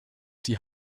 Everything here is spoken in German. die